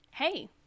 Hey